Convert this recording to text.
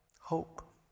Hope